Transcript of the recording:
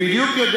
אני יודע בדיוק,